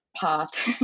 path